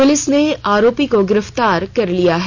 police ने आरोपी को गिरफ्तार कर लिया है